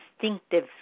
distinctive